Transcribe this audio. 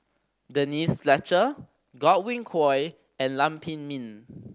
Denise Fletcher Godwin Koay and Lam Pin Min